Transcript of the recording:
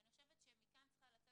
אני חושבת שמכאן צריכה לצאת